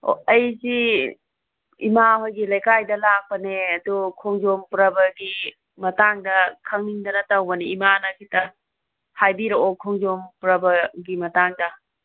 ꯑꯣ ꯑꯩꯁꯤ ꯏꯃꯥ ꯍꯣꯏꯒꯤ ꯂꯩꯀꯥꯏꯗ ꯂꯥꯛꯄꯅꯦ ꯑꯗꯨ ꯈꯣꯡꯖꯣꯝ ꯄꯔꯕꯒꯤ ꯃꯇꯥꯡꯗ ꯈꯪꯅꯤꯡꯗꯅ ꯇꯧꯕꯅꯤ ꯏꯃꯥꯅ ꯈꯤꯇ ꯍꯥꯏꯕꯤꯔꯛꯑꯣ ꯈꯣꯡꯖꯣꯝ ꯄꯔꯕꯒꯤ ꯃꯇꯥꯡꯗ